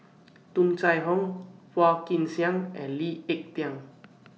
Tung Chye Hong Phua Kin Siang and Lee Ek Tieng